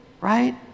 Right